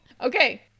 Okay